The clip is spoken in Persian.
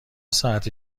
ساعتی